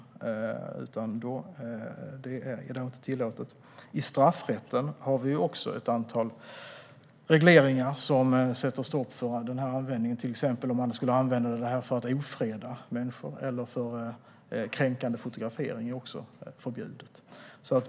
Det är i dag inte tillåtet. I straffrätten har vi också ett antal regleringar som sätter stopp för den här användningen, till exempel om man skulle använda tekniken för att ofreda människor. Kränkande fotografering är också förbjudet.